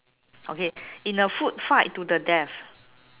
okay in a food fight to the death